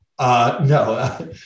No